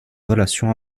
relation